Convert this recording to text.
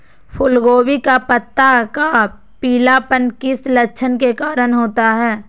फूलगोभी का पत्ता का पीलापन किस लक्षण के कारण होता है?